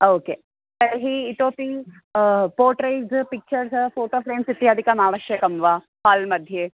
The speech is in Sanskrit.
ओ के तर्हि इतोपि पोट्रैज़् पिच्चर्स् फ़ोटो फ़्रेंस् इत्यादिकमावश्यकं वा हाल् मध्ये